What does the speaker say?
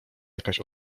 jakaś